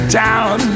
town